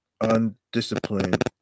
Undisciplined